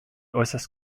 äußerst